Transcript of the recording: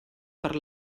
per